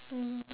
mm